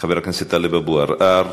חבר הכנסת טלב אבו עראר,